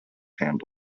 hand